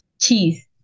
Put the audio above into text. cheese